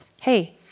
Hey